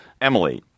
Emily